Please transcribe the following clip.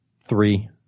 Three